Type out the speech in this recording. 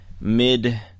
mid